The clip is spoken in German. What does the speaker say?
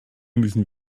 müssen